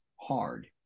hard